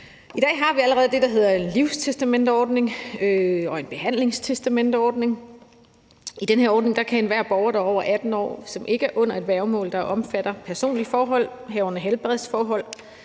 I dag har vi allerede det, der hedder en livstestamenteordning, og også en behandlingstestamenteordning. I den her ordning kan enhver borger, der er over 18 år, og som ikke er under et værgemål, der omfatter personlige forhold, herunder helbredsforhold,